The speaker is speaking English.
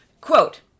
Quote